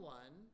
one